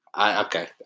Okay